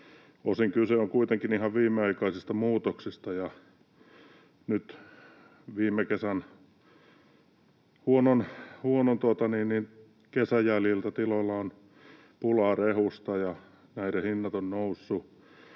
Osin kyse on kuitenkin ihan viimeaikaisista muutoksista. Nyt huonon viime kesän jäljiltä tiloilla on pulaa rehusta ja näiden hinnat ovat nousseet.